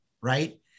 right